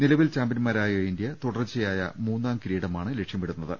നില വിൽ ചാമ്പ്യന്മാരായ ഇന്ത്യ തുടർച്ചയായ മൂന്നാം കിരീടമാണ് ലക്ഷ്യമിടു ന്നത്